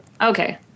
Okay